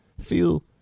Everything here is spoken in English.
feel